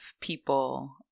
people